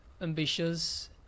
ambitious